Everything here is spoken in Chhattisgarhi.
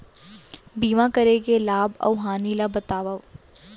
बीमा करे के लाभ अऊ हानि ला बतावव